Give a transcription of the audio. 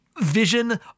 vision